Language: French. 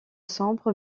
sombre